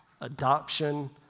adoption